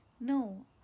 No